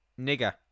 nigger